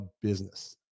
business